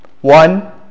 One